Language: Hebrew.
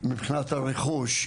מבחינת הרכוש,